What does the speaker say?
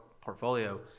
portfolio